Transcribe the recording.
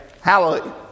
Hallelujah